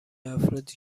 افرادی